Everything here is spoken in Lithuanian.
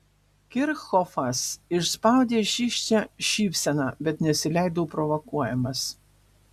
kirchhofas išspaudė šykščią šypseną bet nesileido provokuojamas